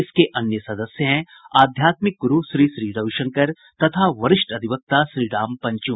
इसके अन्य सदस्य हैं आध्यात्मिक गुरू श्री श्री रवि शंकर तथा वरिष्ठ अधिवक्ता श्रीराम पंचू